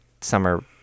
summer